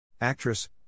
Actress